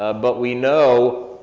ah but we know,